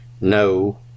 no